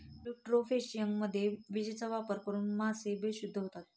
इलेक्ट्रोफिशिंगमध्ये विजेचा वापर करून मासे बेशुद्ध होतात